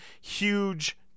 huge